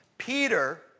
Peter